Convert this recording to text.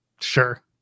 sure